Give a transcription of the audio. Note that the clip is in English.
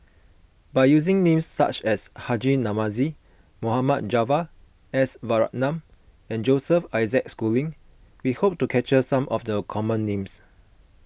by using names such as Haji Namazie Mohd Javad S Varathan and Joseph Isaac Schooling we hope to capture some of the common names